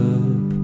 up